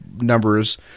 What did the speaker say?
numbers